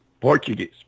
Portuguese